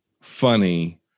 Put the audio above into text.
funny